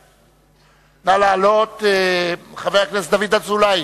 ובכן, חבר הכנסת דוד אזולאי,